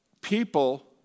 people